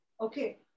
okay